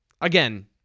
again